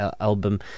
album